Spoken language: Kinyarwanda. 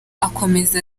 akomeza